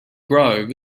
grove